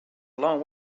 long